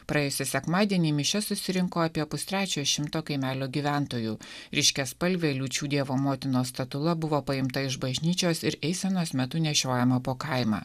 praėjusį sekmadienį į mišias susirinko apie pustrečio šimto kaimelio gyventojų ryškiaspalvė liūčių dievo motinos statula buvo paimta iš bažnyčios ir eisenos metu nešiojama po kaimą